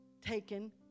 taken